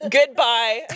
Goodbye